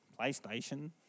PlayStation